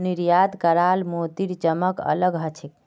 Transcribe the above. निर्यात कराल मोतीर चमक अलग ह छेक